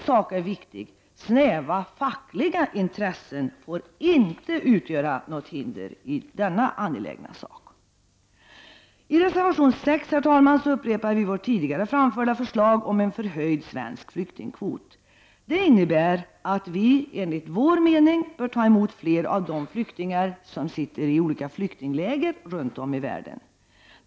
Det är viktigt att snäva fackliga intressen inte får utgöra något hinder. I reservation 6 upprepar vi vårt tidigare framförda förslag om en förhöjd svensk flyktingkvot. Det innebär att vi, enligt moderaternas mening, bör ta emot fler av de flyktingar som sitter i olika flyktingläger runt om i världen.